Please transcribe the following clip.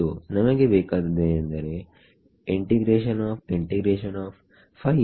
ಸೋನಮಗೆ ಬೇಕಾದದ್ದು ಏನೆಂದರೆ ಸರಿ